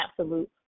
absolute